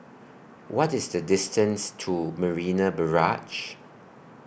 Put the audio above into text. What IS The distance to Marina Barrage